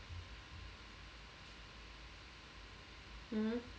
hmm